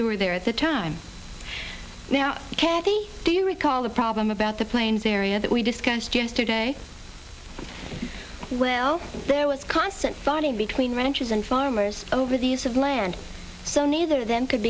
who were there at the time now candy do you recall the problem about the planes area that we discussed yesterday well there was constant fighting between ranchers and farmers over these of land so neither then could